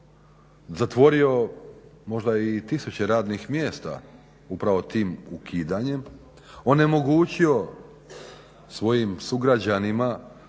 zatvorio možda i tisuće radnih mjesta upravo tim ukidanjem, onemogućio svojim sugrađanima